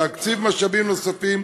להקציב משאבים נוספים,